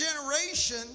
generation